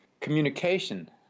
communication